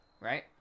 right